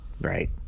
right